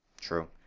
True